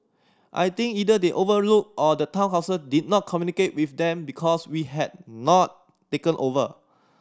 I think either they overlooked or the Town Council did not communicate with them because we had not taken over